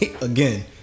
again